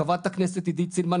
חברת הכנסת עידית סילמן,